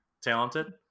talented